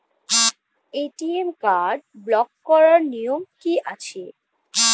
ATM card block করার নিয়ম কি আছে?